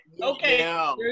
Okay